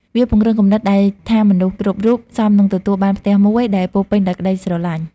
វាពង្រឹងគំនិតដែលថាមនុស្សគ្រប់រូបសមនឹងទទួលបានផ្ទះមួយដែលពោរពេញដោយក្ដីស្រឡាញ់។